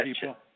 people